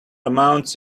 amounts